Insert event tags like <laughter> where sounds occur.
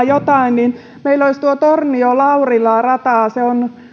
<unintelligible> jotain meillä olisi tuo tornio laurila rata se on